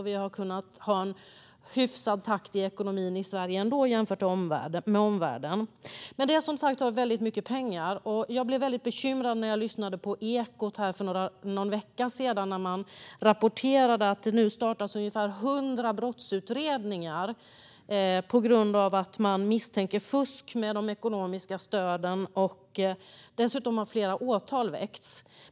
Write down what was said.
Vi har kunnat ha en hyfsad takt i ekonomin i Sverige ändå, jämfört med omvärlden. Men det är som sagt väldigt mycket pengar. Jag blev väldigt bekymrad när jag lyssnade på Ekot för någon vecka sedan och man rapporterade att det nu startats ungefär hundra brottsutredningar på grund av att man misstänker fusk med de ekonomiska stöden. Dessutom har flera åtal väckts.